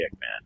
man